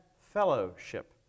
fellowship